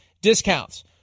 discounts